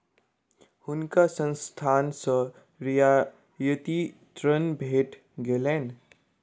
हुनका संस्थान सॅ रियायती ऋण भेट गेलैन